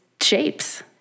shapes